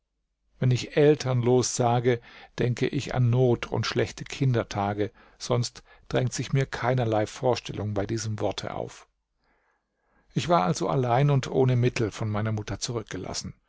wenn ich elternlos sage denke ich an not und schlechte kindertage sonst drängt sich mir keinerlei vorstellung bei diesem worte auf ich war also allein und ohne mittel von meiner mutter zurückgelassen